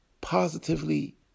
positively